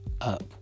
up